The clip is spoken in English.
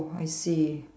I see